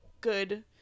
good